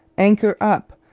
anchor up,